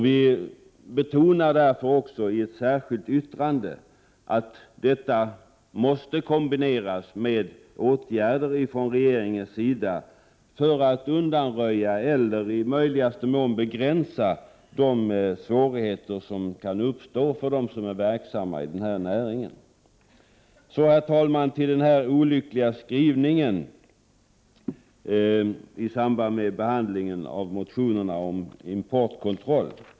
Vi betonar därför i ett särskilt yttrande att denna åtgärd måste kombineras med åtgärder från regeringens sida för att undanröja eller i möjligaste mån begränsa de svårigheter som kan uppstå för dem som är verksamma i den här näringen. Så till den olyckliga skrivningen i samband med behandlingen av motionerna om importkontroll.